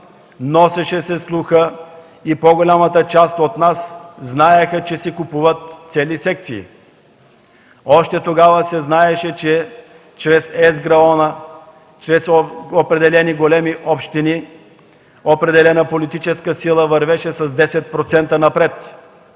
носеше слуха и по-голямата част от нас знаеха, че се купуват цели секции. Още тогава се знаеше, че чрез ЕСГРАОН, че чрез определени големи общини определена политическа сила вървеше с 10% напред.